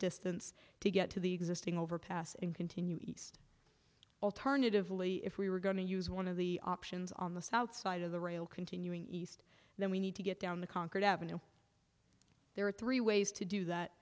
distance to get to the existing overpass and continue east alternatively if we were going to use one of the options on the south side of the rail continuing east then we need to get down the concord ave there are three ways to do that